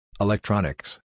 Electronics